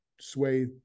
sway